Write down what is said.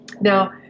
Now